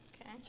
okay